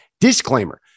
Disclaimer